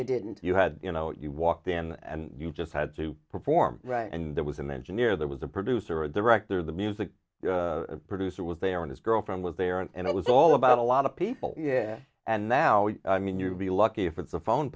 it didn't you had you know you walked in and you just had to perform right and there was an engineer there was a producer a director the music producer was there and his girlfriend was there and it was all about a lot of people and now you i mean you'd be lucky if it's a phone